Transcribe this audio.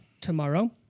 tomorrow